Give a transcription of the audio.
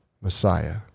Messiah